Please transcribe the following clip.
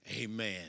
Amen